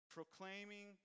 Proclaiming